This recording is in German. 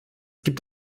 gibt